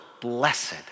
blessed